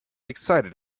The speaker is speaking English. excited